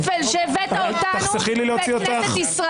בכוונה.